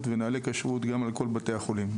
ונוהלי כשרות גם על כל בתי החולים.